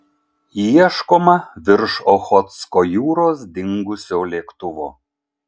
ieškoma virš ochotsko jūros dingusio lėktuvo